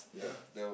ya